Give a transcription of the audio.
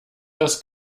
dass